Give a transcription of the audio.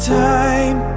time